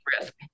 risk